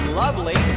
lovely